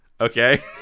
Okay